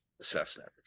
assessment